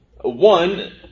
One